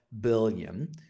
billion